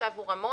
עכשיו הוא רמון.